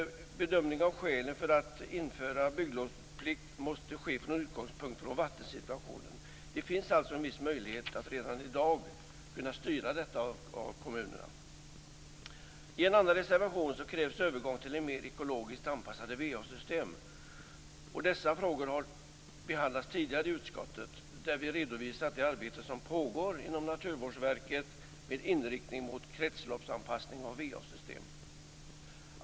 Bedömning av skälen för att införa bygglovsplikt måste ske med utgångspunkt från vattensituationen. Det finns alltså en viss möjlighet för kommunerna att redan i dag styra detta. I en annan reservation krävs övergång till mer ekologiskt anpassade va-system. Dessa frågor har behandlats tidigare i utskottet då vi redovisade det arbete som pågår inom Naturvårdsverket med inriktning mot kretsloppsanpassning av va-system.